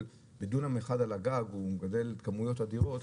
בדונם אחד על הגג הוא מגדל כמויות אדירות,